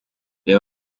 reba